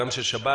גם של שב"ס,